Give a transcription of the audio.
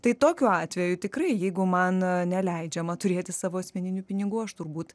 tai tokiu atveju tikrai jeigu man neleidžiama turėti savo asmeninių pinigų aš turbūt